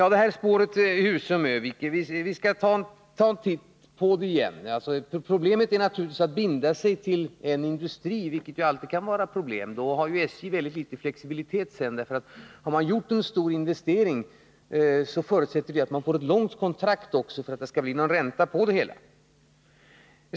Beträffande spåret Husum-Örnsköldsvik vill jag säga att vi skall ta en titt på den saken återigen. Det kan emellertid alltid vara ett problem om man binder sig vid en industri. Då får SJ väldigt liten flexibilitet senare. Har man gjort en stor investering förutsätter vi nämligen att det också blir ett långvarigt kontrakt, så att det kan bli någon ränta på det hela.